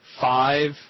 five